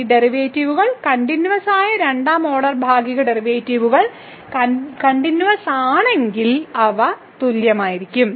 ഈ ഡെറിവേറ്റീവുകൾ കണ്ടിന്യൂവസ്സായ രണ്ടാം ഓർഡർ ഭാഗിക ഡെറിവേറ്റീവുകൾ കണ്ടിന്യൂവസ്സാണെങ്കിൽ അവ തുല്യമായിരിക്കും